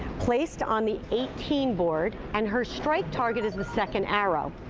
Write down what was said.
placed on the eighteen board and her strike target is the second arrow.